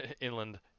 inland